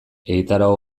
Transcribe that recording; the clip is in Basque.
egitarau